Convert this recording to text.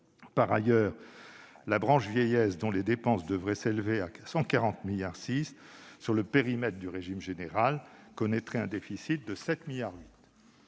Par ailleurs, la branche vieillesse, dont les dépenses devraient s'élever à 140,6 milliards d'euros sur le périmètre du régime général, connaîtrait un déficit de 7,8 milliards